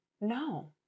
no